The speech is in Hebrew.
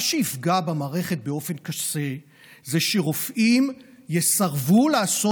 מה שיפגע במערכת באופן קשה זה שרופאים יסרבו לעשות